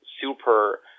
super